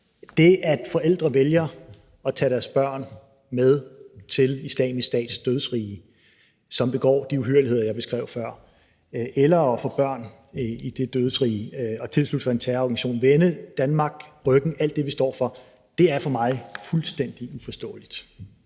at forældre vælger at tage deres børn med til Islamisk Stats dødsrige, hvor man begår de uhyrligheder, som jeg beskrev før, eller at få børn i det dødsrige og tilslutte sig en terrororganisation og vende Danmark og alt det, vi står for, ryggen. Kl.